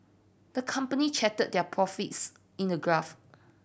the company charted their profits in a graph